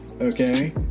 Okay